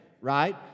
right